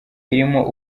irimo